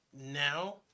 now